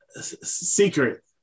secret